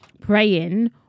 praying